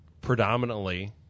predominantly